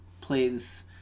Plays